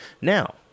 Now